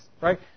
right